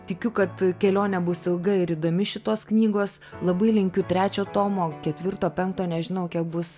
tikiu kad kelionė bus ilga ir įdomi šitos knygos labai linkiu trečio tomo ketvirto penkto nežinau kiek bus